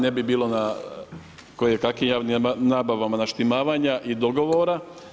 Ne bi bilo na kojekakvim javnim nabavama naštimavanja i dogovora.